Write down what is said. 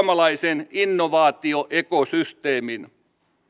suomalaisen innovaatioekosysteemin